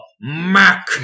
Mac